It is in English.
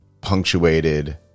punctuated